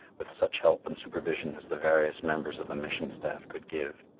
with such help and supervision as the various members of the mission staff could give.